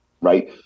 right